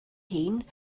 hun